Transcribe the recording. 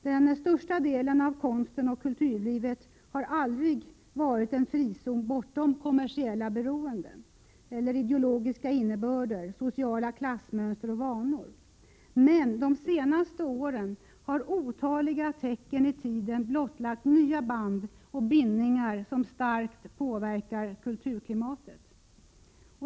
Den största delen av konsten och kulturlivet har aldrig varit en frizon bortom kommersiella beroenden, ideologiska innebörder, sociala klassmönster och vanor. Men under de senaste åren har otaliga tecken i tiden blottlagt nya band och bindningar som starkt påverkar kulturklimatet.